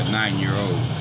nine-year-old